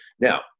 Now